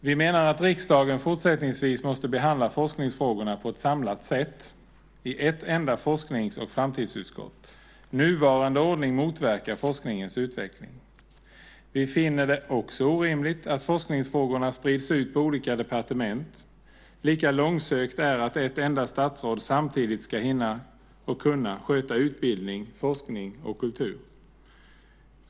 Vi menar att riksdagen fortsättningsvis måste behandla forskningsfrågorna på ett samlat sätt i ett enda forsknings och framtidsutskott. Nuvarande ordning motverkar forskningens utveckling. Vi finner det också orimligt att forskningsfrågorna sprids ut på olika departement. Lika långsökt är att ett enda statsråd samtidigt ska hinna och kunna sköta utbildning, forskning och kultur.